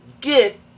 get